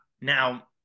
Now